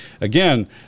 Again